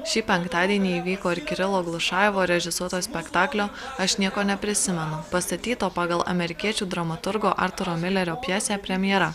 šį penktadienį įvyko ir kirilo glušajevo režisuoto spektaklio aš nieko neprisimenu pastatyto pagal amerikiečių dramaturgo artūro milerio pjesę premjera